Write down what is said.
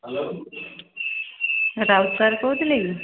hello Raut sir କହୁଥିଲେ କି